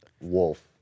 Wolf